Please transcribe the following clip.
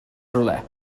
rhywle